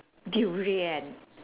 durian